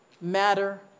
matter